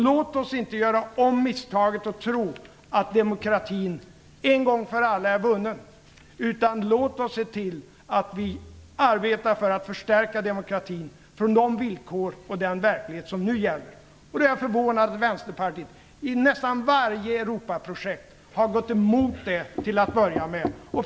Låt oss inte göra om misstaget att tro att demokratin en gång för alla är vunnen, utan låt oss se till att vi arbetar för att förstärka demokratin utifrån de villkor och den verklighet som nu gäller. Jag är förvånad över att Vänsterpartiet i nästan varje Europaprojekt har gått emot detta till att börja med.